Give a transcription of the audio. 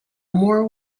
more